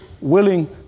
willing